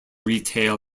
retail